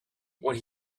what